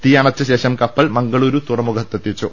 തീ അണച്ചശേഷം കപ്പൽ മംഗളൂരു തുറമുഖത്തെത്തിച്ചു